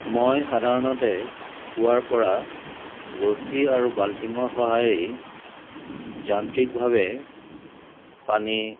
মই সাধাৰণতে কুঁৱাৰ পৰা ৰছি আৰু বাল্টিংৰ সহায়েৰেই যান্ত্ৰিকভাৱে পানী